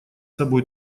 собой